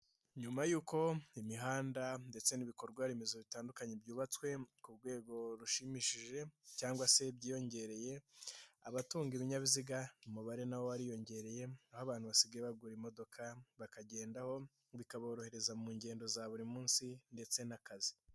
Nyuma y'uko imihanda ndetse n'ibikorwa remezo bitandukanye byubatswe ku rwego rushimishije cyangwa se byiyongereye, abatunga ibinyabiziga umubare na wo wariyongereye, aho abantu basigaye bagura imodoka bakagendaho bikaborohereza mu ngendo za buri munsi ndetse n'akazi.